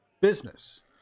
business